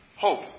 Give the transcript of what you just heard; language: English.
hope